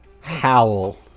howl